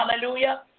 Hallelujah